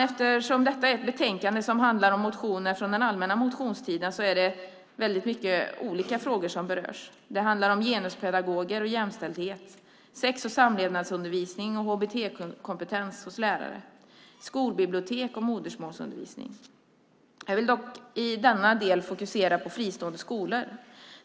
Eftersom detta är ett betänkande som behandlar motioner från den allmänna motionstiden är det många olika frågor som berörs. Det handlar om genuspedagoger och jämställdhet, sex och samlevnadsundervisning och HBT-kompetens hos lärare, skolbibliotek och modersmålsundervisning. Jag vill dock i denna del fokusera på fristående skolor.